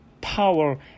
power